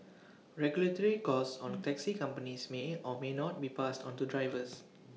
regulatory costs on taxi companies may at or may not be passed onto drivers